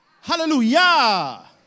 hallelujah